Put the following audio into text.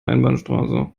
einbahnstraße